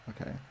Okay